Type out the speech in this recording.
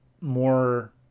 more